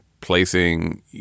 placing